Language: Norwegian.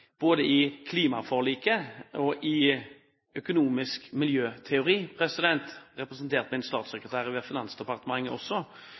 både i klimaforliket og i økonomisk miljøteori, også representert